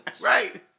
Right